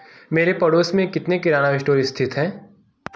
मेरे पड़ोस में कितने किराना इस्टोर स्थित हैं